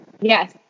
Yes